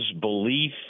belief